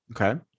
Okay